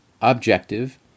objective